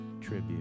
Tribute